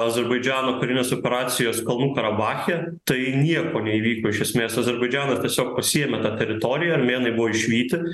azerbaidžano karinės operacijos kalnų karabache tai nieko neįvyko iš esmės azerbaidžanas tiesiog pasiėmė tą teritoriją armėnai buvo išvyti